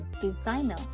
designer